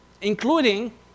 including